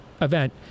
event